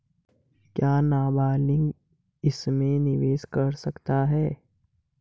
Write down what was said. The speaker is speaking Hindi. क्या नाबालिग इसमें निवेश कर सकता है?